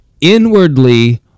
inwardly